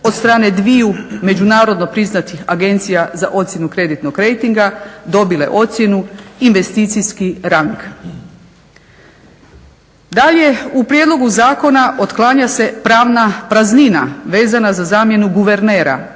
od strane dviju međunarodno priznati agencija za ocjenu kreditnog rejtinga dobile ocjenu investicijski rang. Dalje, u prijedlogu zakona otklanja se pravna praznina vezana za zamjenu guvernera